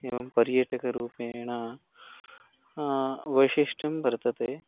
एवं पर्यटकरूपेण वैशिष्ट्यं वर्तते